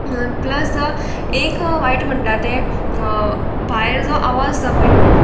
plus एक वायट म्हणटा तें भायर जो आवाज आसा पय न्हू